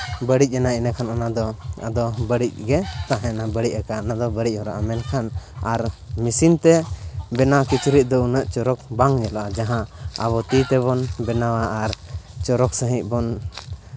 ᱵᱟᱹᱲᱤᱡ ᱮᱱᱟ ᱤᱱᱟᱠᱷᱟᱱ ᱚᱱᱟᱫᱚ ᱟᱫᱚ ᱵᱟᱹᱲᱤᱡ ᱜᱮ ᱛᱟᱦᱮᱱᱟ ᱵᱟᱹᱲᱤᱡ ᱟᱠᱟᱱ ᱚᱱᱟᱫᱚ ᱵᱟᱹᱲᱤᱡ ᱟᱨ ᱢᱮᱥᱤᱱ ᱛᱮ ᱵᱮᱱᱟᱣ ᱠᱤᱪᱨᱤᱡ ᱫᱚ ᱩᱱᱟᱹᱜ ᱪᱚᱨᱚᱠ ᱵᱟᱝ ᱧᱮᱞᱚᱜᱼᱟ ᱡᱟᱦᱟᱸ ᱟᱵᱚ ᱛᱤ ᱛᱮᱵᱚᱱ ᱵᱮᱱᱟᱣᱟ ᱟᱨ ᱪᱚᱨᱚᱠ ᱥᱟᱹᱦᱤᱡ ᱵᱚᱱ